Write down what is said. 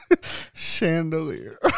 Chandelier